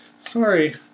Sorry